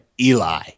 Eli